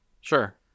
Sure